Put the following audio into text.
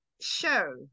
show